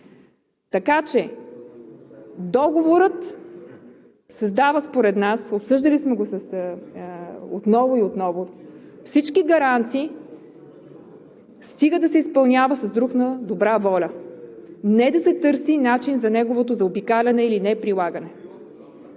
Договорът създава според нас, обсъждали сме го отново и отново, всички гаранции, стига да се изпълнява с дух на добра воля не да се търси начин за неговото заобикаляне или неприлагане.